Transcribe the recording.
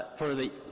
for the